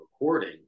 recording